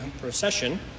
procession